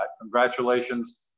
Congratulations